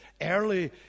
early